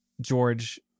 george